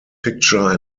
picture